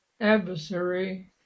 adversary